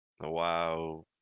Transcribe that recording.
Wow